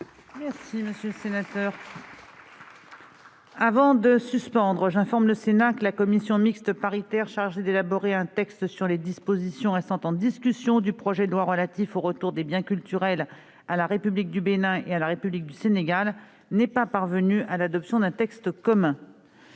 loi doit être la même. » J'informe le Sénat que la commission mixte paritaire chargée d'élaborer un texte sur les dispositions restant en discussion du projet de loi relatif au retour de biens culturels à la République du Bénin et à la République du Sénégal n'est pas parvenue à l'adoption d'un texte commun.